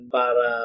para